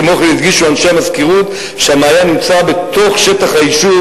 כמו כן הדגישו אנשי המזכירות שהמעיין נמצא בתוך שטח היישוב